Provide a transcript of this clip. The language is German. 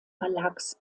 verlags